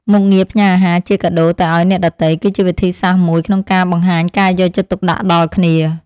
មុខងារផ្ញើអាហារជាកាដូទៅឱ្យអ្នកដទៃ គឺជាវិធីសាស្ត្រមួយក្នុងការបង្ហាញការយកចិត្តទុកដាក់ដល់គ្នា។